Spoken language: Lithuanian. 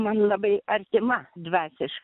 man labai artima dvasiš